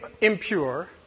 impure